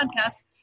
podcast